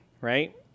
right